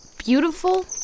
beautiful